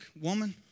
woman